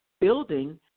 building